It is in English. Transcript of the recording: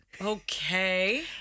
Okay